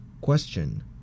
Question